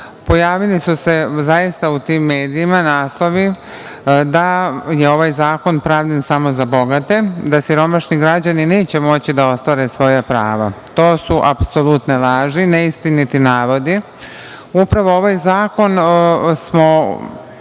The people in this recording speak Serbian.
Pojavili su se zaista u tim medijima naslovi da je ovaj zakon pravljen samo za bogate, da siromašni građani neće moći da ostvare svoja prava. To su apsolutne laži, neistiniti navodi. Upravo za ovaj zakon smo